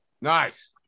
Nice